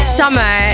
summer